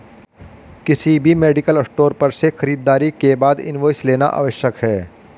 किसी भी medical store पर से खरीदारी के बाद इनवॉइस लेना आवश्यक है